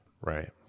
Right